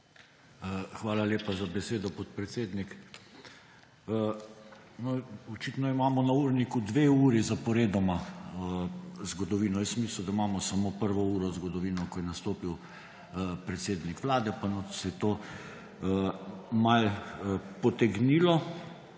Hvala lepa za besedo, podpredsednik. Očitno imamo na urniku dve uri zaporedoma zgodovino. Jaz sem mislil, da imamo samo prvo uro zgodovino, ko je nastopil predsednik Vlade, pa nas je to malo potegnilo.